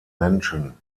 menschen